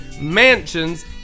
mansions